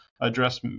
address